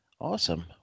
Awesome